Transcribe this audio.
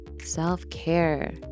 Self-care